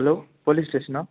hello police స్టేషనా